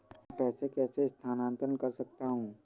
मैं पैसे कैसे स्थानांतरण कर सकता हूँ?